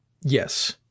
yes